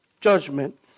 judgment